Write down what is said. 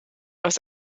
aus